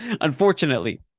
Unfortunately